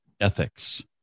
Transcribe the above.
ethics